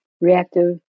reactive